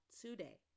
today